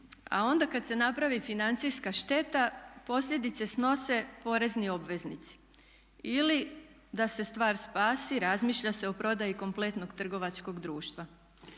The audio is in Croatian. A onda kad se napravi financijska šteta posljedice snose porezni obveznici. Ili da se stvar spasi razmišlja se o prodaji kompletnog trgovačkog društva.